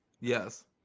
Yes